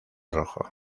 rojo